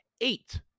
eight